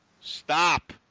stop